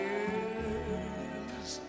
Yes